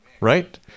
right